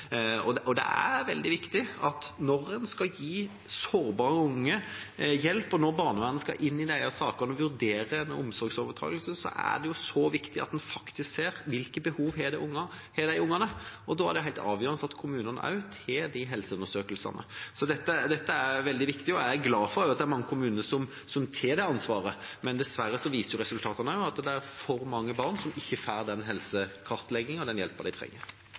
Og det er veldig viktig når en skal gi sårbare unge hjelp, og når barnevernet skal inn i disse sakene og vurdere en omsorgsovertakelse, at en faktisk ser hvilke behov de ungene har. Da er det helt avgjørende at kommunene også tar de helseundersøkelsene. Så dette er veldig viktig, og jeg er glad for at det er mange kommuner som tar det ansvaret. Men dessverre viser resultatene også at det er for mange barn som ikke får den helsekartleggingen og den hjelpa de trenger.